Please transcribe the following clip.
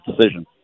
decision